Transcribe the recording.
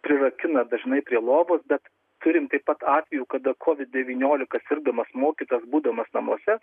prirakina dažnai prie lovos bet turim taip pat atvejų kada kovid devyniolika sirgdamas mokytojas būdamas namuose